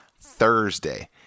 Thursday